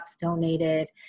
donated